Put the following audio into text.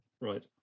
Right